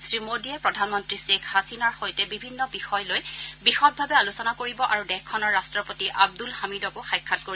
শ্ৰীমোডীয়ে প্ৰধানমন্ত্ৰী শ্বেখ হাছিনাৰ সৈতে বিভিন্ন বিষয় লৈ বিশদভাৱে আলোচনা কৰিব আৰু দেশখনৰ ৰাট্টপতি আব্দুল হামিডকো সাক্ষাৎ কৰিব